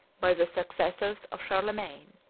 by the successors of charlemagne.